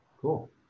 Cool